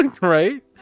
right